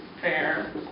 fair